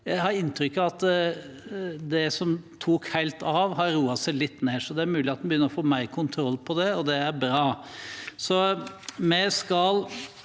Jeg har inntrykk av at det som tok helt av, har roet seg litt ned, så det er mulig at en begynner å få mer kontroll på det, og det er bra.